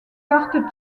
cartes